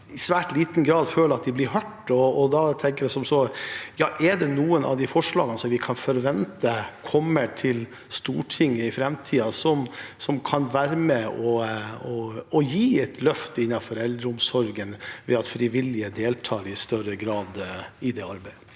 i svært liten grad blir hørt. Da tenker jeg som så: Er det noen av de forslagene som vi kan forvente kommer til Stortinget i framtiden, som kan være med og gi et løft innenfor eldreomsorgen ved at frivillige deltar i større grad i det arbeidet?